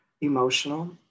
emotional